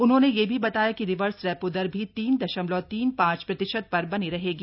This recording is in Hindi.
उन्होंने यह भी बताया कि रिवर्स रेपो दर भी तीन दशमलव तीन पांच प्रतिशत पर बनी रहेगी